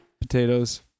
Potatoes